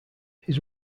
his